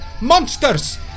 monsters